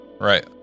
Right